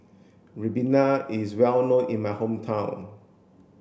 Ribena is well known in my hometown